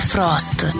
Frost